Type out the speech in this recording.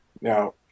Now